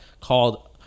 called